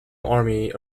army